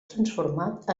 transformat